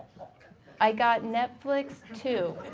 i got netflix too.